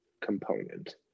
component